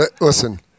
Listen